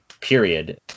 period